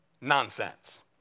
Nonsense